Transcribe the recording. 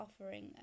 offering